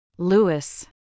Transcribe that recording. Lewis